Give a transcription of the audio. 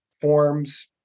forms